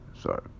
sorry